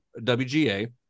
WGA